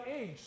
age